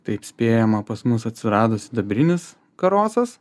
taip spėjama pas mus atsirado sidabrinis karosas